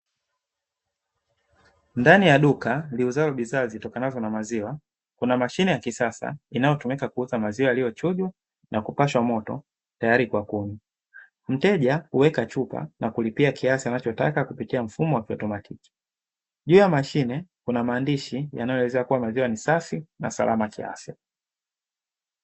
Ndani ya duka liuzalo bidhaa zitokanazo na maziwa kuna mashine ya kisasa inayotumika kuuza maziwa yaliyochujwa na kupashwa moto tayari kwa kunywa, mteja huweka chupa na kulipia kiasi anachotaka kupitia mfumo wa kielektroniki, juu ya mashine kuna maandishi yanayoelezea kuwa maziwa ni safi na salama kiafya.